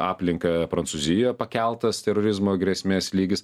aplinką prancūzijoj pakeltas terorizmo grėsmės lygis